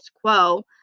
quo